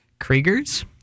Kriegers